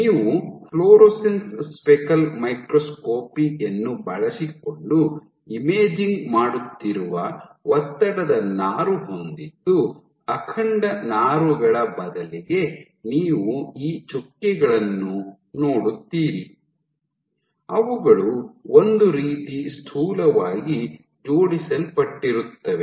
ನೀವು fluorescence speckle microscopy ಯನ್ನು ಬಳಸಿಕೊಂಡು ಇಮೇಜಿಂಗ್ ಮಾಡುತ್ತಿರುವ ಒತ್ತಡದ ನಾರು ಹೊಂದಿದ್ದು ಅಖಂಡ ನಾರುಗಳ ಬದಲಿಗೆ ನೀವು ಈ ಚುಕ್ಕೆಗಳನ್ನು ನೋಡುತ್ತೀರಿ ಅವುಗಳು ಒಂದು ರೀತಿ ಸ್ಥೂಲವಾಗಿ ಜೋಡಿಸಲ್ಪಟ್ಟಿರುತ್ತವೆ